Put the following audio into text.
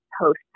post